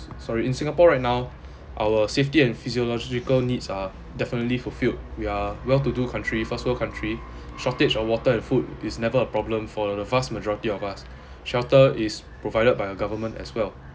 so~ sorry in singapore right now our safety and physiological needs are definitely fulfilled we are well-to-do country first world country shortage of water and food is never a problem for the vast majority of us shelter is provided by the government as well